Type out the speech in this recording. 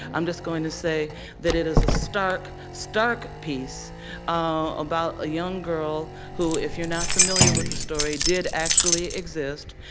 i'm just going to say that it is a stark, stark piece about a young girl who, if you're not familiar with the story, did actually exist.